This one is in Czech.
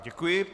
Děkuji.